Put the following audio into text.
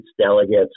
delegates